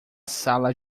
sala